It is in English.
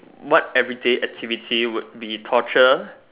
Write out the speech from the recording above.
what everyday activity would be torture